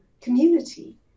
community